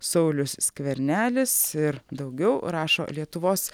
saulius skvernelis ir daugiau rašo lietuvos